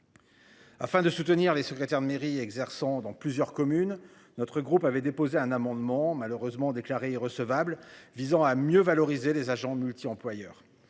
Afin de soutenir les secrétaires de mairie exerçant dans plusieurs communes. Notre groupe avait déposé un amendement malheureusement déclaré recevables visant à mieux valoriser les agents multi-employeurs